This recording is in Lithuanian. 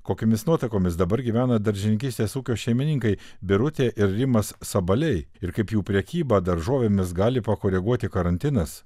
kokiomis nuotaikomis dabar gyvena daržininkystės ūkio šeimininkai birutė ir rimas sabaliai ir kaip jų prekybą daržovėmis gali pakoreguoti karantinas